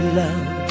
love